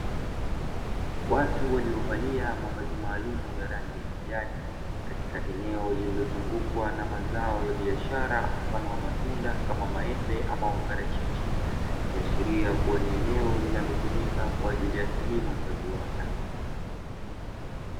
Watu waliovalia mavazi maalumu ya rangi ya kijani katika eneo lililozungukwa na mazao ya biashara mfano wamatunda kama maembe ama maparachichi, ikiashiria kuwa ni eneo linalotumika kwa ajili ya kilimo cha viwanda.